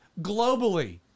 globally